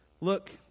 Look